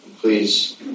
Please